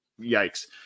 yikes